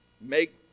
make